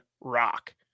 rock